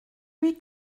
lui